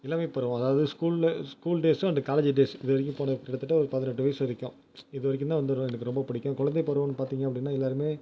இளமைப்பருவம் அதாவது ஸ்கூல்ல ஸ்கூல் டேஸும் அண்டு காலேஜ் டேஸ் இது வரைக்கும் போன கிட்டத்தட்ட ஒரு பதினெட்டு வயசு வரைக்கும் இது வரைக்கும்தான் வந்து எனக்கு ரொம்ப பிடிக்கும் குழந்தைப் பருவம்னு பார்த்திங்க அப்படின்னா எல்லாருமே